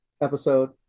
episode